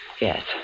Yes